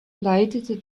leitete